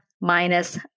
minus